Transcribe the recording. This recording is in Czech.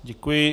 Děkuji.